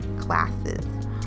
classes